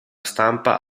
stampa